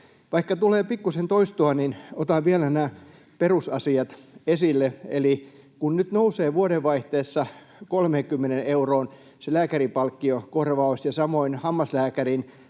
Vaikka tulee pikkusen toistoa, niin otan vielä nämä perusasiat esille: Eli kun nyt vuoden vaihteessa nousee 30 euroon se lääkärinpalkkiokorvaus ja samoin hammaslääkärin